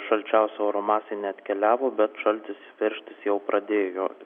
šalčiausio oro masė neatkeliavo bet šaltis veržtis jau pradėjo